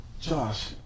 josh